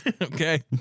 Okay